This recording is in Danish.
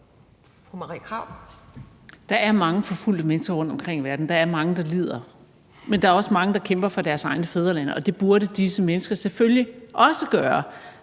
Der er mange forfulgte mennesker rundtomkring i verden, der er mange, der lider, men der er også mange, der kæmper for deres egne fædrelande, og det burde disse mennesker selvfølgelig også gøre